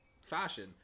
fashion